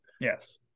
yes